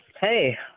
Hey